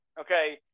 okay